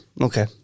Okay